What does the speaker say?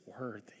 worthy